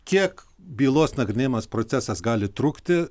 kiek bylos nagrinėjimas procesas gali trukti